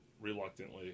reluctantly